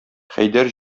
хәйдәр